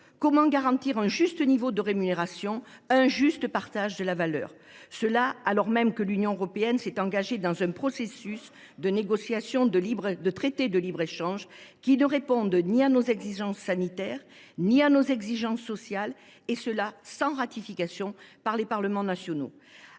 Comment garantir un juste niveau de rémunération, un juste partage de la valeur ? Ces questions se posent alors que, dans le même temps, l’Union européenne s’est engagée dans un processus de négociation de traités de libre échange qui ne répondent ni à nos exigences sanitaires ni à nos exigences sociales, et ce sans ratification par les parlements nationaux.